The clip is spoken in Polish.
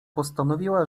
postanowiła